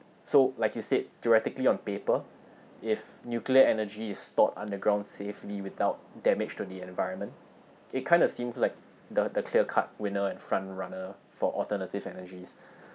so like you said theoretically on paper if nuclear energy is stored underground safely without damage to the environment it kind of seems like the the clear cut winner and front runner for alternative energies